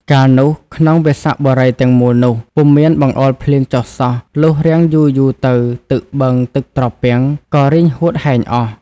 កាលនោះ ក្នុងវស្សបុរីទាំងមូលនោះ ពុំមានបង្អុរភ្លៀងចុះសោះ លុះរាំងយូរៗទៅ ទឹកបឹង ទឹកត្រពាំង ក៏រីងហួតហែងអស់។